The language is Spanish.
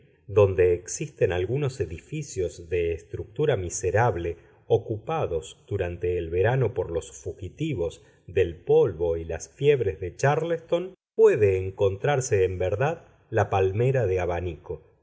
donde existen algunos edificios de estructura miserable ocupados durante el verano por los fugitivos del polvo y las fiebres de chárleston puede encontrarse en verdad la palmera de abanico